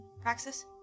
Praxis